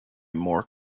more